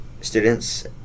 students